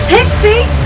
Pixie